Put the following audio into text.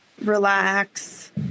relax